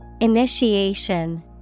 Initiation